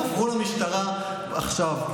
עברו למשטרה עכשיו.